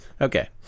Okay